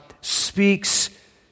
speaks